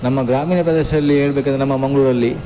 ನಮ್ಮ ಗ್ರಾಮೀಣ ಪ್ರದೇಶದಲ್ಲಿ ಹೇಳ್ಬೇಕಂದರೆ ನಮ್ಮ ಮಂಗಳೂರಲ್ಲಿ